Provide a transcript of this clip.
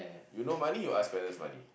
you no money you ask parents money